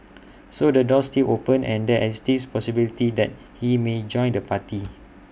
so the door's still open and there still is possibility that he may join the party